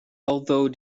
although